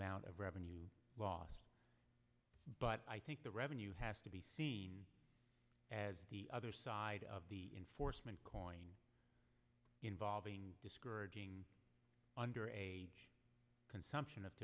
amount of revenue lost but i think the revenue has to be seen as the other side of the enforcement coin involving discouraging under a consumption of